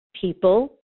people